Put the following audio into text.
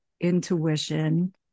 intuition